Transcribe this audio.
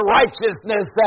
righteousness